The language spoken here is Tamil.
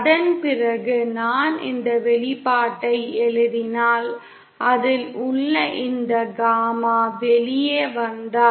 அதன்பிறகு நான் இந்த வெளிப்பாட்டை எழுதினால் அதில் உள்ள இந்த காமா வெளியே வந்தால்